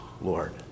Lord